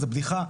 זו בדיחה,